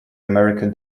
american